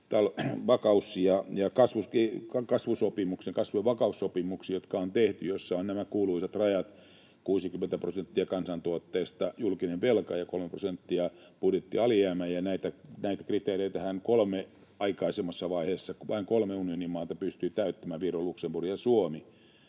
kasvu- ja vakaussopimuksista, jotka on tehty ja joissa on nämä kuuluisat rajat: julkinen velka 60 prosenttia kansantuotteesta ja budjettialijäämä 3 prosenttia, ja nämä kriteerithän aikaisemmassa vaiheessa vain kolme unionin maata pystyi täyttämään: Viro, Luxemburg ja Suomi.